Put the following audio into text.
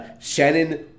Shannon